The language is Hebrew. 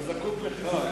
אתה זקוק לחיזוקים?